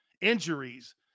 injuries